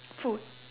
food